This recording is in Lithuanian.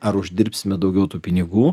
ar uždirbsime daugiau tų pinigų